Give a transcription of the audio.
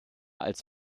als